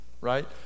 right